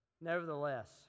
Nevertheless